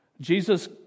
Jesus